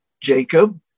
Jacob